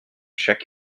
check